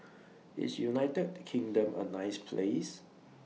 IS United Kingdom A nice Place